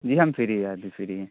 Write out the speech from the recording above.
جی ہم فری ہیں ابھی فری ہیں